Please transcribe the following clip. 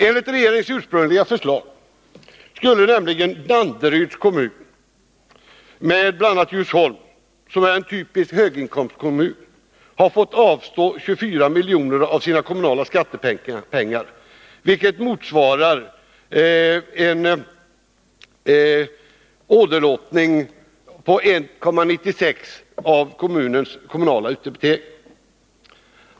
Enligt regeringens ursprungliga förslag skulle Danderyds kommun med bl.a. Djursholm, som är en typisk höginkomstkommun, har fått avstå 24 milj.kr. av sina kommunala skattepengar, vilket motsvarar en åderlåtning på 1:96 kr. i kommunens kommunala utdebitering.